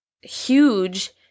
huge